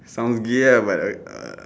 sounds gay ah but then ah